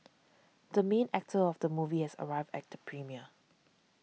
the main actor of the movie has arrived at premiere